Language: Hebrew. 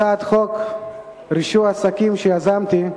הצעת חוק רישוי עסקים שיזמתי,